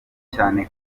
cyane